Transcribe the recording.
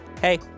hey